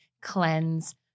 cleanse